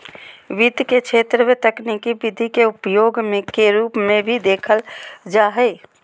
वित्त के क्षेत्र में तकनीकी विधि के उपयोग के रूप में भी देखल जा हइ